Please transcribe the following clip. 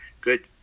good